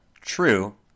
True